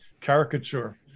caricature